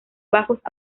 bajos